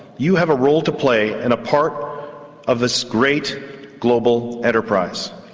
you have a role to play and a part of this great global enterprise.